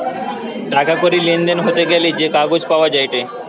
টাকা কড়ির লেনদেন হতে গ্যালে যে কাগজ পাওয়া যায়েটে